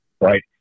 Right